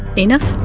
enough?